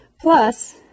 plus